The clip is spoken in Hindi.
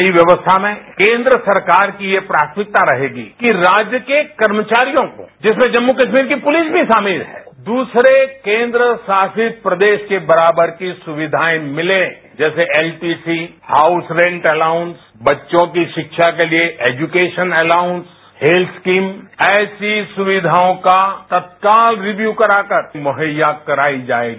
नई व्यवस्थामें केंद्र सरकार की यह प्राथमिकता रहेगी कि राज्य के कर्मचारियों को जिसमें जम्मू कश्मीरकी पुलिस भी शामिल है दूसरे केन्द्र शासित प्रदेश के बराबर की सुविधाएं मिलें जैसेएलटीसी हाउस रेंट अलाउंस बच्चों की शिक्षा के लिए एजुकेशन अलाउंस हेत्थ स्कीमऐसी सुविधाओं का तत्काल रिव्यु कराकर मुहैया कराई जाएगी